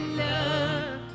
love